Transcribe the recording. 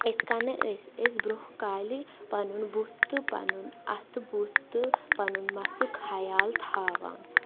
اِتھ کَنہٕ أسۍ ٲسۍ برونٛہہ کالہِ پنُن بُتھ تہٕ پَنُن اَتھٕ بُتھ تہٕ پنُن مَسُک خیال تھاوان